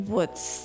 Woods